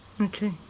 Okay